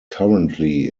currently